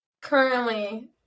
currently